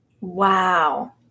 Wow